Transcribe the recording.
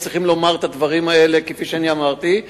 וצריכים לומר את הדברים האלה כפי שאני אמרתי.